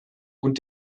und